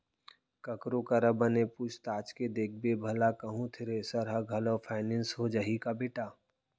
ककरो करा बने पूछ ताछ के देखबे भला कहूँ थेरेसर ह घलौ फाइनेंस हो जाही का बेटा?